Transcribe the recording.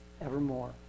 evermore